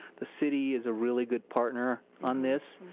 the city is a really good partner on this.